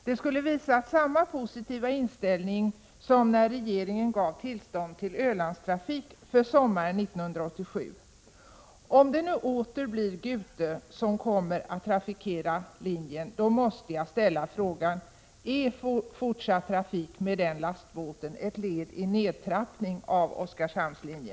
Det skulle ha visat samma positiva inställning som när regeringen gav tillstånd till Ölandstrafik för sommaren 1987.